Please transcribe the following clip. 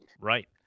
Right